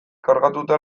kargatuta